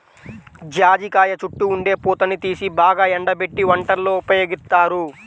జాజికాయ చుట్టూ ఉండే పూతని తీసి బాగా ఎండబెట్టి వంటల్లో ఉపయోగిత్తారు